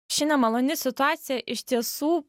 ši nemaloni situacija iš tiesų